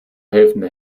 helfende